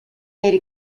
made